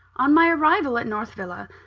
on my arrival at north villa,